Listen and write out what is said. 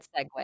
segue